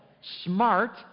smart